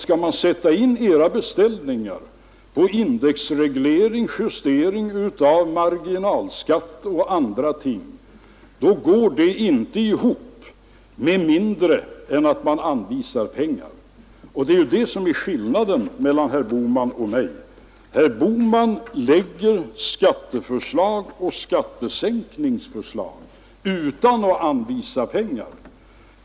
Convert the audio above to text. Skall man sätta in de av er beställda åtgärderna i form av indexreglering, justering av marginalskatter och andra ting går det inte ihop med mindre än att man anvisar pengar. Och det är det som är skillnaden mellan herr Bohman och mig; herr Bohman lägger fram skatteförslag och skattesänkningsförslag utan att anvisa pengar.